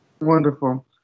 Wonderful